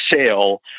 sale